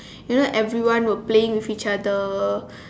you know everyone were playing with each other